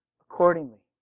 accordingly